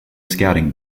scouting